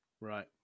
Right